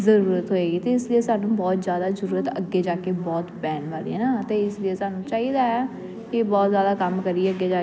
ਜ਼ਰੂਰਤ ਹੋਏਗੀ ਅਤੇ ਇਸ ਲਈ ਸਾਨੂੰ ਬਹੁਤ ਜ਼ਿਆਦਾ ਜ਼ਰੂਰਤ ਅੱਗੇ ਜਾ ਕੇ ਬਹੁਤ ਪੈਣ ਵਾਲੀ ਹੈ ਨਾ ਅਤੇ ਇਸ ਲਈ ਸਾਨੂੰ ਚਾਹੀਦਾ ਆ ਕਿ ਬਹੁਤ ਜ਼ਿਆਦਾ ਕੰਮ ਕਰੀਏ ਅੱਗੇ ਜਾ